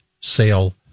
sale